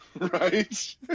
Right